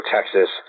Texas